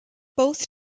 both